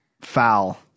foul